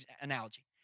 analogy